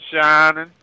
shining